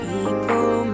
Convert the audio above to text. People